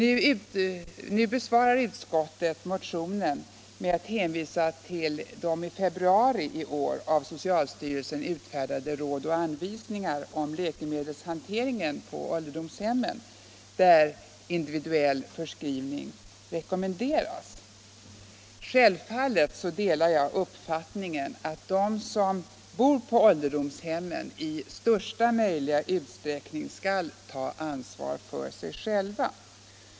Utskottet besvarar motionen med att hänvisa till socialstyrelsens i februari i år utfärdade Råd och anvisningar om läkemedelshanteringen på ålderdomshemmen, där individuell förskrivning rekommenderas. Självfallet delar jag uppfattningen att de som bor på ålderdomshemmen i största möjliga utsträckning skall ta ansvar för sig själva.